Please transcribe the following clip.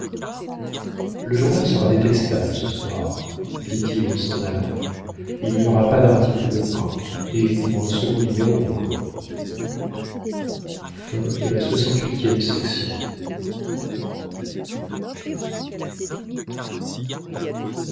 le journal sera détestable ce soir dit-il en s'en allant il n'y aura pas d'article de moi et pour un second numéro encore